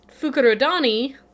Fukurodani